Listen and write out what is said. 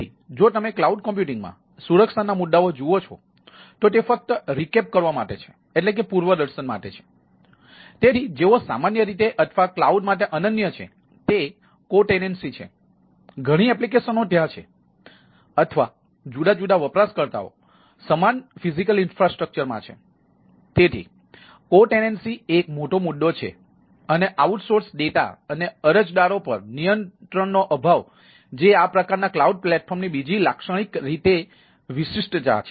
તેથી સહયોગી SaaS cloud data અને અરજદારો પર નિયંત્રણ નો અભાવ જે આ પ્રકારના ક્લાઉડ પ્લેટફોર્મની બીજી લાક્ષણિક રીતે વિશિષ્ટતા છે